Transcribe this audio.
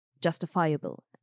justifiable